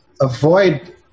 avoid